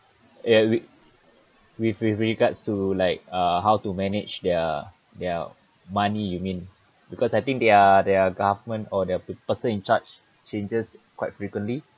ya with with with regards to like uh how to manage their their money you mean because I think their their government or their pe~ person in charge changes quite frequently